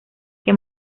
que